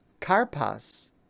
Karpas